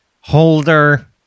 holder